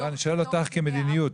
אני שואל אותך כמדיניות,